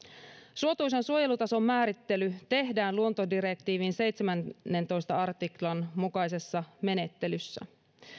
suotuisan suojelutason määrittely tehdään luontodirektiivin seitsemännentoista artiklan mukaisessa menettelyssä